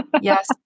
Yes